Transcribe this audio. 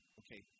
okay